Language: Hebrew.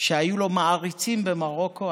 שהיו לו מעריצים במרוקו.